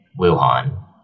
Wuhan